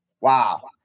wow